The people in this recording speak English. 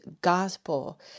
gospel